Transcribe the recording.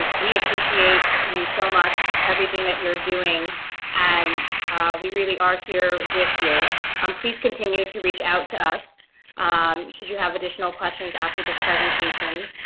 um we appreciate you so much everything that you're doing and we really are here with you um please continue to reach out to us should you have additional questions after this presentation.